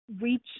reach